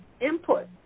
input